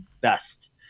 best